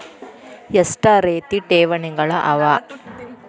ಎಷ್ಟ ರೇತಿ ಠೇವಣಿಗಳ ಅವ?